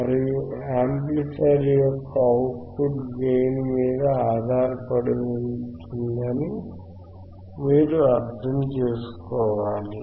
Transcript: మరియు యాంప్లిఫైయర్ యొక్క output gain మీద ఆధారపడి ఉంటుందని మీరు అర్థం చేసుకోవాలి